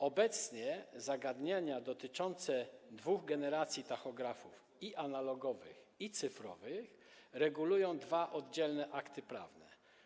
Obecnie zagadnienia dotyczące dwóch generacji tachografów - analogowych i cyfrowych - regulują dwa oddzielne akty prawne: